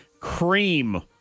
cream